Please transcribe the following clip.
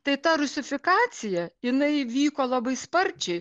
tai ta rusifikacija jinai vyko labai sparčiai